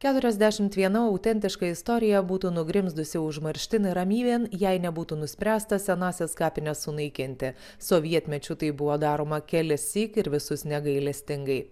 keturiasdešimt viena autentiška istorija būtų nugrimzdusi užmarštin ir ramybėn jei nebūtų nuspręsta senąsias kapines sunaikinti sovietmečiu tai buvo daroma kelissyk ir visus negailestingai